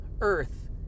earth